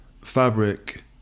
Fabric